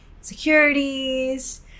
securities